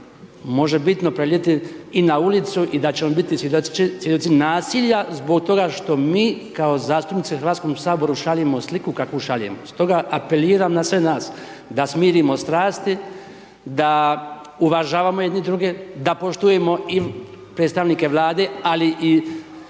možebitno prenijeti i na ulicu i da ćemo biti svjedoci nasilja zbog toga što mi kao zastupnici u HS-u šaljemo sliku kakvu šaljemo. Stoga apeliram na sve nas da smirimo strasti, da uvažamo jedni druge, da poštujemo i predstavnike Vlade, ali i